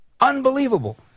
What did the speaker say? Unbelievable